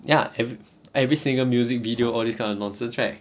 ya if every single music video all this kind of nonsense right